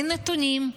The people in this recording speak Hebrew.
אין נתונים,